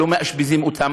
לא מאשפזים אותם.